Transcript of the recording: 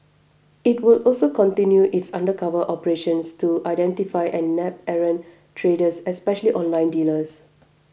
it will also continue its undercover operations to identify and nab errant traders especially online dealers